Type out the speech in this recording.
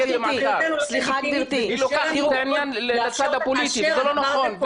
היא לוקחת את העניין לצד הפוליטי וזה לא נכון.